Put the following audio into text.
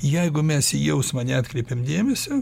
jeigu mes į jausmą neatkreipiam dėmesio